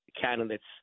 candidates